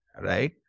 right